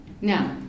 Now